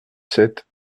sept